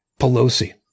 Pelosi